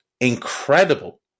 incredible